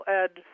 ed